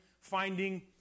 finding